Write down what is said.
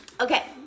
okay